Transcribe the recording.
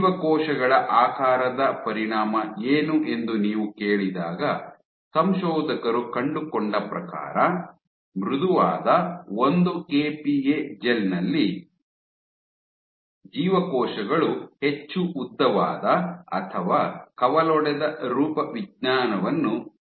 ಜೀವಕೋಶಗಳ ಆಕಾರದ ಪರಿಣಾಮ ಏನು ಎಂದು ನೀವು ಕೇಳಿದಾಗ ಸಂಶೋಧಕರು ಕಂಡುಕೊಂಡ ಪ್ರಕಾರ ಮೃದುವಾದ ಒಂದು ಕೆಪಿಎ ಜೆಲ್ ನಲ್ಲಿ ಜೀವಕೋಶಗಳು ಹೆಚ್ಚು ಉದ್ದವಾದ ಅಥವಾ ಕವಲೊಡೆದ ರೂಪವಿಜ್ಞಾನವನ್ನು ಹೊಂದಿವೆ